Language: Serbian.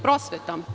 Prosveta.